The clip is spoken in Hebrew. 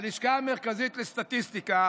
הלשכה המרכזית לסטטיסטיקה